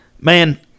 man